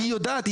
היא יודעת ,